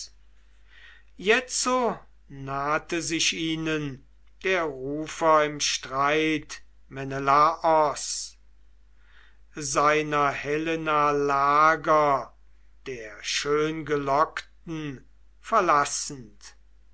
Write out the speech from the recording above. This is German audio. jetzo nahte sich ihnen der rufer im streit menelaos seiner helena lager der schöngelockten verlassend